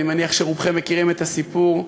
אני מניח שרובכם מכירים את הסיפור.